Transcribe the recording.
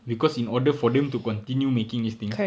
because in order for them to continue making these things